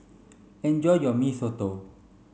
enjoy your Mee Soto